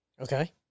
Okay